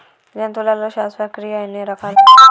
జంతువులలో శ్వాసక్రియ ఎన్ని రకాలు ఉంటది?